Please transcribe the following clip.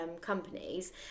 companies